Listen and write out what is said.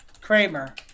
kramer